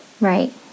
Right